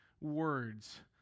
words